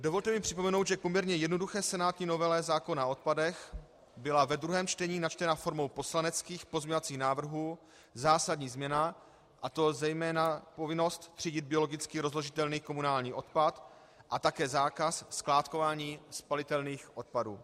Dovolte mi připomenout, že v poměrně jednoduché senátní novele zákona o odpadech byla ve druhém čtení načtena formou poslaneckých pozměňovacích návrhů zásadní změna, a to zejména povinnost třídit biologicky rozložitelný komunální odpad a také zákaz skládkování spalitelných odpadů.